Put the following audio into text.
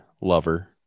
lover